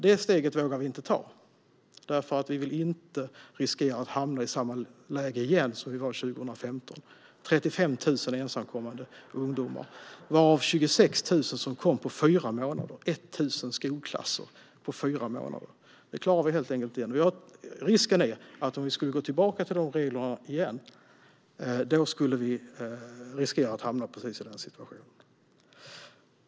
Det steget vågar vi inte ta, för vi vill inte riskera att hamna i samma läge igen som vi var i 2015 med 35 000 ensamkommande ungdomar varav 26 000 kom under fyra månader. Det motsvarar 1 000 skolklasser under fyra månader, och det klarar vi helt enkelt inte igen. Risken är att vi hamnar i precis denna situation om vi skulle återgå till dessa regler.